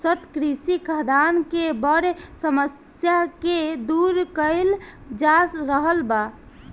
सतत कृषि खाद्यान के बड़ समस्या के दूर कइल जा रहल बा